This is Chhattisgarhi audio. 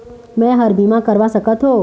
मैं हर का बीमा करवा सकत हो?